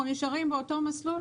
אנחנו נשארים באותו מסלול,